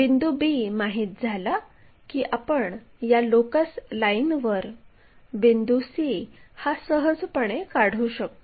बिंदू b माहित झाला की आपण या लोकस लाईनवर बिंदू c हा सहजपणे काढू शकतो